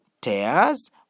tears